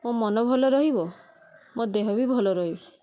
ମୋ ମନ ଭଲ ରହିବ ମୋ ଦେହ ବି ଭଲ ରହିବ